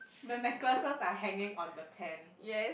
the necklaces are hanging on the tent